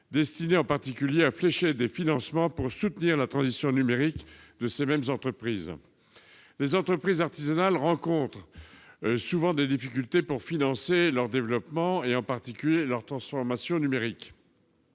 destiné en particulier à flécher des financements pour soutenir la transition numérique de ces entreprises. Les entreprises artisanales rencontrent souvent des difficultés pour financer leur développement, en particulier leur transformation numérique.